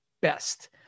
best